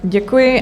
Děkuji.